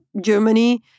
Germany